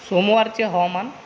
सोमवारचे हवामान